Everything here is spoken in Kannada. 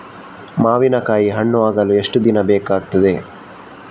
ಮಾವಿನಕಾಯಿ ಹಣ್ಣು ಆಗಲು ಎಷ್ಟು ದಿನ ಬೇಕಗ್ತಾದೆ?